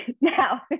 now